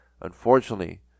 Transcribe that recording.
Unfortunately